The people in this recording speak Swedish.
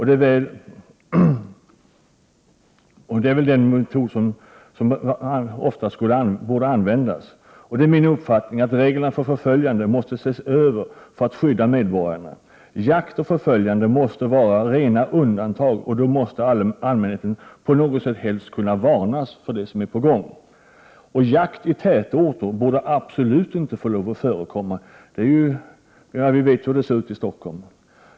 Det är den metod som oftast borde användas. Det är min uppfattning att reglerna för förföljande måste ses över för att skydda medborgarna. Jakt och förföljande måste vara rena undantag, och då måste allmänheten på något sätt kunna varnas för det som är på gång. Jakt i tätorter borde absolut inte få förekomma. Vi vet ju hur det ser ut i Stockholm.